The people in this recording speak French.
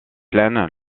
pleine